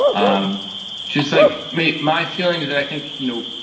um she's like me. my feeling is that i think, you know,